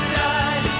die